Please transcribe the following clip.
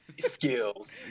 Skills